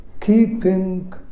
keeping